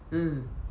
mm